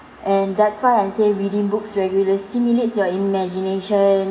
and that's why I say reading books regularly stimulates your imagination